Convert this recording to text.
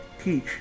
teach